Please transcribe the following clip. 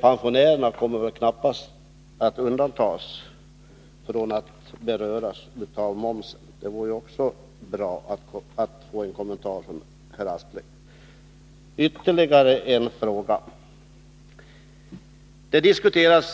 Pensionärerna kommer väl knappast att undgå att beröras av den momshöjningen. Det vore bra att av herr Aspling få en kommentar till det också.